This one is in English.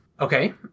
Okay